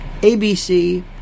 ABC